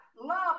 Love